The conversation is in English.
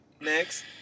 Next